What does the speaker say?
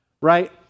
right